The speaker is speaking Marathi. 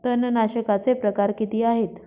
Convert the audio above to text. तणनाशकाचे प्रकार किती आहेत?